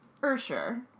Ursher